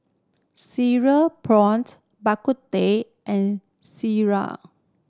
cereal prawned Bak Kut Teh and sireh